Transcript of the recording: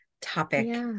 topic